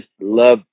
love